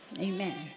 Amen